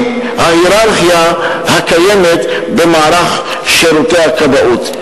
ההייררכיה הקיימת במערך שירותי הכבאות.